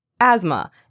asthma